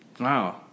Wow